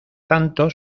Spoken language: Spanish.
tanto